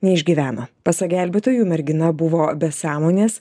neišgyveno pasak gelbėtojų mergina buvo be sąmonės